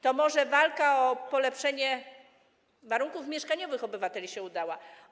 To może walka o polepszenie warunków mieszkaniowych obywateli się udała?